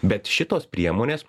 bet šitos priemonės